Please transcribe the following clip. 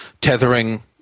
tethering